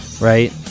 Right